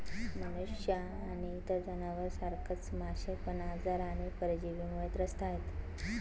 मनुष्य आणि इतर जनावर सारखच मासे पण आजार आणि परजीवींमुळे त्रस्त आहे